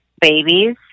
babies